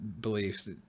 beliefs